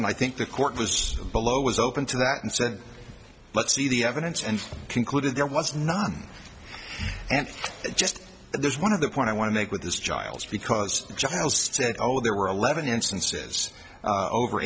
and i think the court was below was open to that and said let's see the evidence and concluded there was not and just there's one of the point i want to make with this giles because giles said oh there were eleven instances over